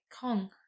Kong